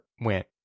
went